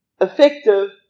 effective